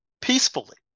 peacefully